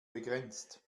begrenzt